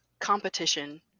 competition